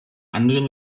anderen